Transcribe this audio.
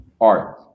art